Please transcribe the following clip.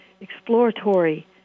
exploratory